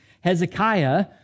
Hezekiah